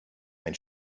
ein